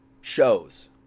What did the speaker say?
shows